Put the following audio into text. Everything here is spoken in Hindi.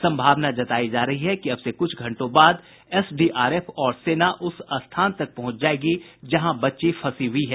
संभावना जतायी जा रही है कि अब से कुछ घंटों बाद एसडीआरएफ और सेना उस स्थान तक पहुंच जायेगी जहां बच्ची फंसी हुई है